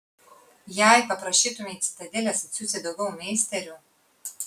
jei paprašytumei citadelės atsiųsti daugiau meisterių